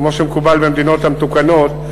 כמו שמקובל במדינות המתוקנות,